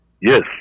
Yes